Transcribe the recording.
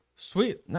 Sweet